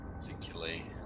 particularly